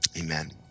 Amen